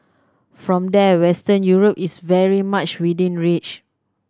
from there Western Europe is very much within reach